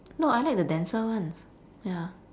no I like the denser ones ya